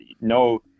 no